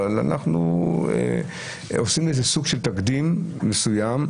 אבל אנחנו עושים לזה סוג של תקדים מסוים,